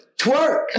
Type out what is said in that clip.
Twerk